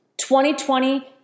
2020